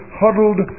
huddled